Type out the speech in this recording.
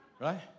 right